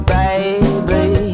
baby